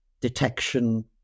detection